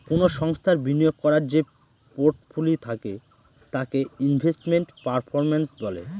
কোনো সংস্থার বিনিয়োগ করার যে পোর্টফোলি থাকে তাকে ইনভেস্টমেন্ট পারফরম্যান্স বলে